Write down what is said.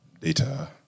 data